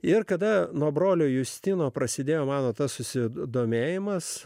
ir kada nuo brolio justinui prasidėjo mano tas susidomėjimas